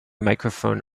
microphone